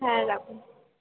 হ্যাঁ রাখুন